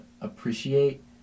appreciate